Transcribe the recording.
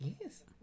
yes